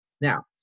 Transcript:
Now